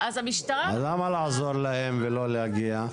למה לעזור להם לא להגיע?